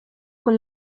con